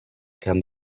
can